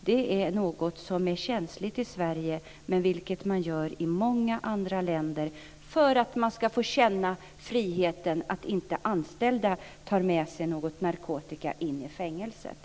Det är något som är känsligt i Sverige men som man gör i många andra länder - för att få känna friheten i att veta att inte de anställda tar med sig narkotika in i fängelset.